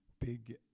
big